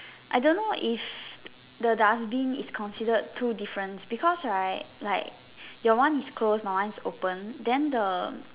I don't know if the dustbin is considered two difference because right like your one is closed my one is open than the